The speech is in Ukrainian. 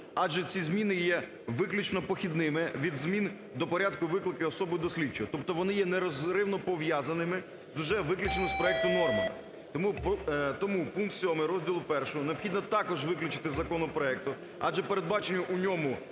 адже ці зміни є виключно похідними від змін до порядку виклику особи до слідчого, тобто вони є нерозривно пов'язаними з вже виключеними із проекту нормами. Тому пункт 7 розділу І необхідно також виключити із законопроекту, адже передбачені в ньому